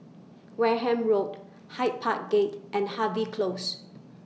Wareham Road Hyde Park Gate and Harvey Close